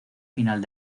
final